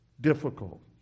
difficult